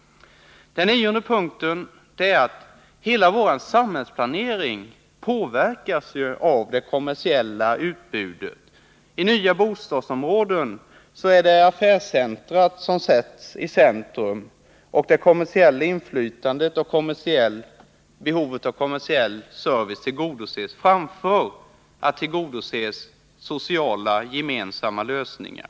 Den nionde punkten är att hela vår samhällsplanering påverkas av det kommersiella utbudet. I nya bostadsområden sätts affärsintressen i centrum. Det kommersiella inflytandet medför att behovet av kommersiell service tillgodoses framför sociala gemensamma lösningar.